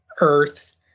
Earth